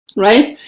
right,